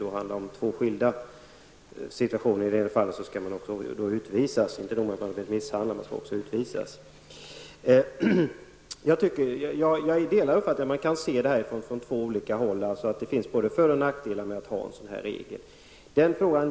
I fallet med den utländska kvinnan är det inte nog med att hon har blivit misshandlad, hon skall också utvisas. Jag delar uppfattningen att man kan se denna fråga från två håll och att det finns både för och nackdelar med en sådan här regel.